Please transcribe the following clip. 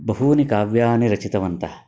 बहूनि काव्यानि रचितवन्तः